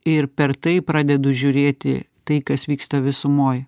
ir per tai pradedu žiūrėti tai kas vyksta visumoj